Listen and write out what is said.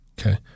Okay